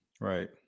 Right